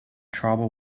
tribal